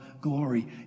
glory